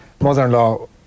mother-in-law